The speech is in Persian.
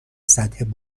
سطح